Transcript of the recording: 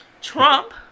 Trump